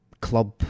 club